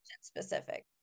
specific